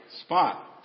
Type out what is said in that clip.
spot